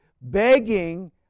begging